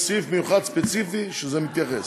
יש סעיף מיוחד, ספציפי, שמתייחס.